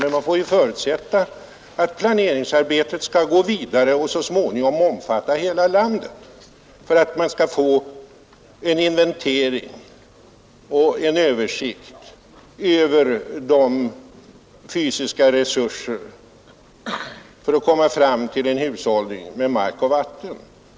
Men man får förutsätta att planeringsarbetet skall gå vidare och så småningom omfatta hela landet. Då kan man få en inventering och en översikt över de fysiska resurserna för att komma fram till en hushållning med mark och vatten.